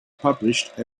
published